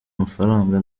amafaranga